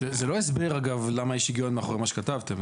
זה לא הסבר, אגב, למה יש היגיון מאחורי מה שכתבתם.